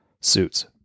Suits